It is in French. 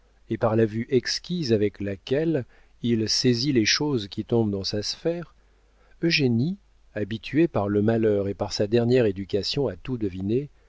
et par la vue exquise avec laquelle il saisit les choses qui tombent dans sa sphère eugénie habituée par le malheur et par sa dernière éducation à tout